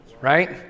Right